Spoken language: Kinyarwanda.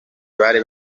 bari